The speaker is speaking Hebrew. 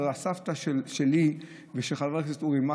הוא אמר: הסבתא שלי ושל חבר הכנסת אורי מקלב,